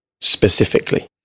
specifically